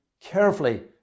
carefully